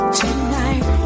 tonight